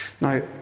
Now